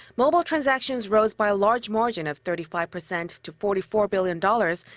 mobile transactions rose by a large margin of thirty five percent to forty four billion dollars,